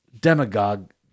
demagogue